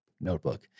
notebook